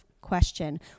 question